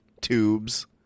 tubes